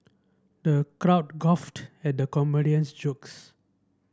the crowd guffawed at the comedian's jokes